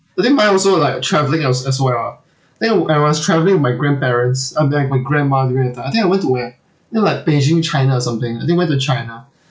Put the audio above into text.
I think mine also like travelling as as well ah I think I was travelling with my grandparents uh with my grandma during that time I think I went to where you know like beijing china or something I think went to china